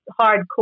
hardcore